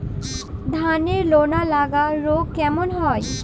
ধানের লোনা লাগা রোগ কেন হয়?